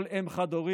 כל אם חד-הורית